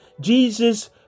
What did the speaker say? Jesus